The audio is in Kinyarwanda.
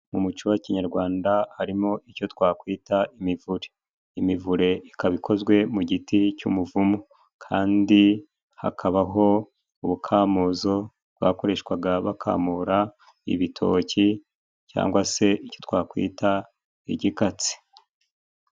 Mu muco wa kinkinyarwanda harimo icyo twakwita imivure. Imivure ikaba ikozwe mu giti cy'umuvumu, kandi hakabaho ubukamuzo bwakoreshwaga, bakamura ibitoki cyangwa se icyo twakwita igikatsi.